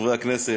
חברי הכנסת,